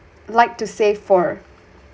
like to save for